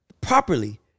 properly